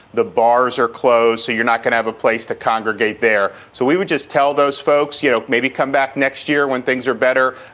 the bars are closed. so you're not going to have a place to congregate there. so we would just tell those folks, you know, maybe come back next year when things are better,